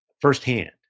firsthand